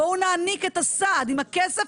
בואו נעמיק את הסעד עם הכסף,